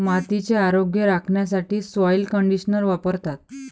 मातीचे आरोग्य राखण्यासाठी सॉइल कंडिशनर वापरतात